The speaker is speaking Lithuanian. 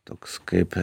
toks kaip